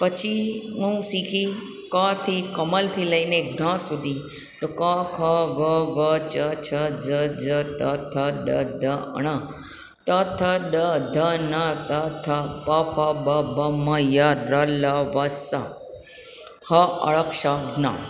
પછી હું શીખી ક થી કમલથી લઈને જ્ઞ સુધી તો ક ખ ગ ગ ચ છ જ ઝ ઝ ટ ઠ ડ ઢ ણ ત થ ડ ધ ન ત થ પ ફ બ ભ મ ય ર લ વ શ હ ળ ક્ષ જ્ઞ